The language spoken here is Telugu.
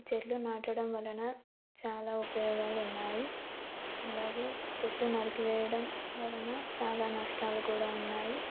చెట్లు నాటడం వలన చాలా ఉపయోగాలు ఉన్నాయి అలాగే చెట్లు నరికి వేయడం వలన చాలా నష్టాలు కూడా ఉన్నాయి